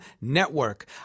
Network